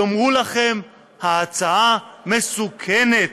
יאמרו לכם: ההצעה מסוכנת.